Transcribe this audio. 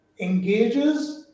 engages